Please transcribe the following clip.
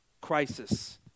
crisis